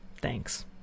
Thanks